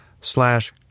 slash